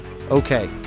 Okay